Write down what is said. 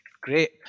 Great